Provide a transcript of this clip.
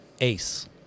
ace